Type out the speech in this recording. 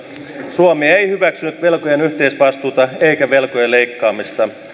suomi ei hyväksynyt velkojen yhteisvastuuta eikä velkojen leikkaamista